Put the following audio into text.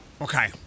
Okay